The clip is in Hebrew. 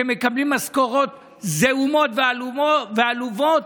שמקבלים משכורות זעומות ועלובות?